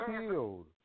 killed